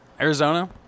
Arizona